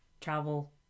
travel